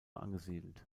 angesiedelt